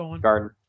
garden